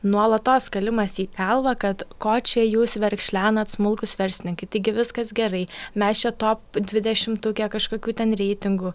nuolatos kalimas į galvą kad ko čia jūs verkšlenat smulkūs verslai tai gi viskas gerai mes čia top dvidešimtuke kažkokių ten reitingų